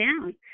down